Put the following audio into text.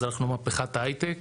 אז אנחנו מהפכת ההייטק,